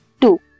two